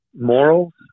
morals